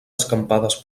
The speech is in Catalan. escampades